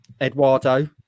Eduardo